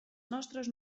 nostres